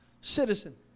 citizen